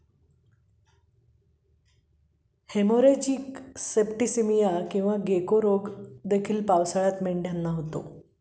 haemorrhagic septicaemia किंवा गेको रोग देखील पावसाळ्यात मेंढ्यांना होतो